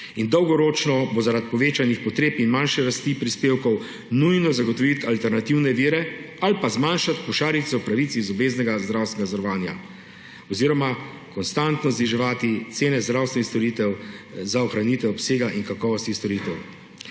In dolgoročno bo zaradi povečanih potreb in manjše rasti prispevkov nujno zagotoviti alternativne vire ali pa zmanjšati košarico pravic iz obveznega zdravstvenega zavarovanja oziroma konstantno zniževati cene zdravstvenih storitev za ohranitev obsega in kakovosti storitev.